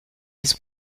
his